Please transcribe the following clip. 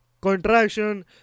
contraction